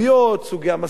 סוגי המסלולים,